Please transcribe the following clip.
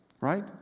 right